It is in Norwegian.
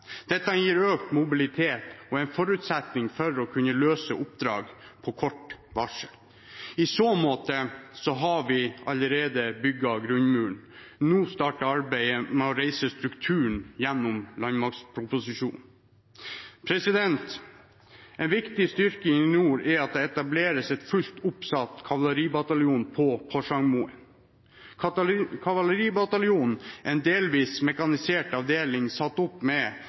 Dette gir økt mobilitet og er en forutsetning for å kunne løse oppdrag på kort varsel. I så måte har vi allerede bygget grunnmuren. Nå starter arbeidet med å reise strukturen gjennom landmaktproposisjonen. En viktig styrking i nord er at det etableres en fullt oppsatt kavaleribataljon på Porsangmoen. Kavaleribataljonen er en delvis mekanisert avdeling satt opp med